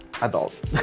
adult